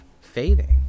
fading